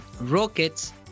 rockets